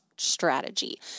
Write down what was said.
strategy